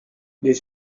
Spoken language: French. les